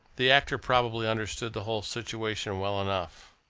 the actor probably understood the whole situation well enough.